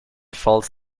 falls